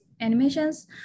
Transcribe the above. animations